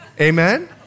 Amen